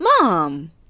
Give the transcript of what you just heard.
Mom